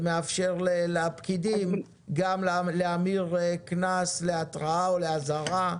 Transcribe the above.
שמאפשר לפקידים גם להמיר קנס להתראה או לאזהרה.